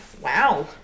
Wow